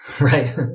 right